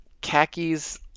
Khakis